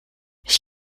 ich